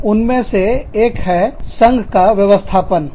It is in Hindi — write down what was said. तो उनमें से एक संघ की संगठन है